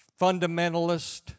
fundamentalist